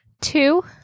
Two